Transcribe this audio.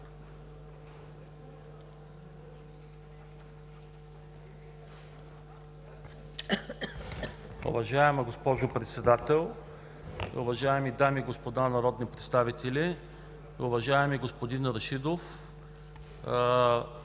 Уважаема госпожо Председател, уважаеми дами и господа народни представители! Уважаеми господин Рашидов,